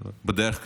בדרך כלל,